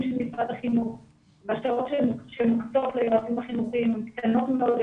של משרד החינוך והשעות שמוקצות ליועצים החינוכיים הן קטנות מאוד,